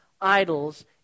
idols